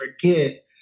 forget